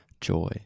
joy